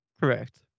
correct